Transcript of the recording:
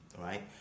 right